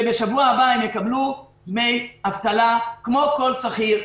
שבשבוע הבא הם יקבלו דמי אבטלה כמו כל שכיר,